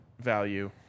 value